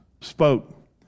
spoke